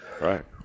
right